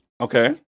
Okay